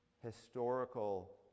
historical